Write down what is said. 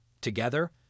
Together